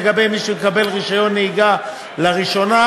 לגבי מי שמקבל רישיון נהיגה לראשונה,